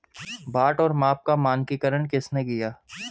बाट और माप का मानकीकरण किसने किया?